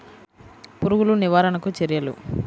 పురుగులు నివారణకు చర్యలు?